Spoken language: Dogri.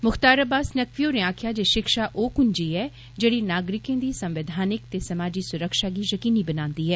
मुख्तार अब्बास नकवी होरें आक्खेया ऐ जे शिखा ओ कुंजी ऐ जेड़ी नागरिकें दी संवैधानिक ते समाजी सुरक्षा गी यकीनी बनांदी ऐ